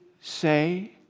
say